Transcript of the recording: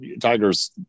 Tigers